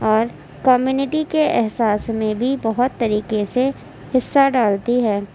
اور کومیونٹی کے احساس میں بھی بہت طریقے سے حصہ ڈالتی ہے